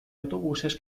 autobuses